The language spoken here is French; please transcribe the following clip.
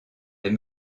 des